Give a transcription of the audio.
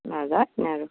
নাযায় আৰু